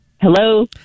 Hello